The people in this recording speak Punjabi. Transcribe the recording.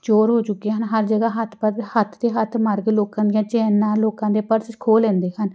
ਚੋਰ ਹੋ ਚੁੱਕੇ ਹਨ ਹਰ ਜਗ੍ਹਾ ਹੱਥ ਪਤ ਹੱਥ 'ਤੇ ਹੱਥ ਮਾਰ ਕੇ ਲੋਕਾਂ ਦੀਆਂ ਚੈਨਾਂ ਲੋਕਾਂ ਦੇ ਪਰਸ ਖੋਹ ਲੈਂਦੇ ਹਨ